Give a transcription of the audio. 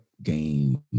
Game